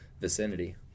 vicinity